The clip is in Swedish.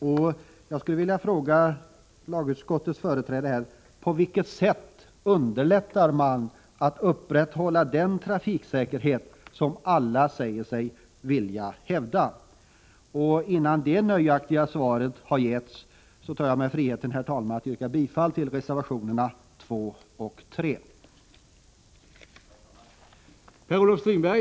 möjligheterna att upprätthålla den trafiksäkerhet som alla säger sig vilja — Nr 113 hävda? Innan ett nöjaktigt svar har getts på den frågan tar jag mig friheten,